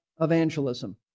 evangelism